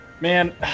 Man